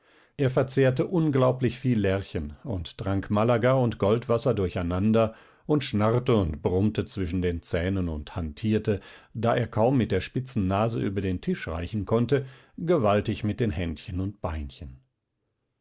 er verzehrte unglaublich viel lerchen und trank malaga und goldwasser durcheinander und schnarrte und brummte zwischen den zähnen und hantierte da er kaum mit der spitzen nase über den tisch reichen konnte gewaltig mit den händchen und beinchen